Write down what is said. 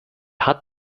hat